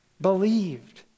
believed